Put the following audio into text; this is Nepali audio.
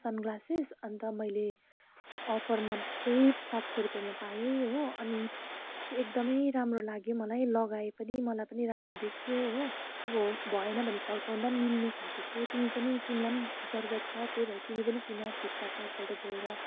सन ग्लासेस अन्त मैले अफरमा चाहिँ सात सय रुप्पेमा पाएँ हो अनि त्यो एकदम राम्रो लाग्यो मलाई लगाएँ पनि मलाई पनि राम्रो देखियो हो अब भएन भने फर्काउँदा मिल्ने खाले थियो तिमी पनि तिमीलाई जरुरत छ त्यही भएर तिमी पनि किन फ्लिपकार्टमा एक पल्ट गएर